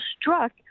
struck